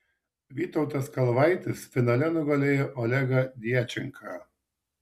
vytautas kalvaitis finale nugalėjo olegą djačenką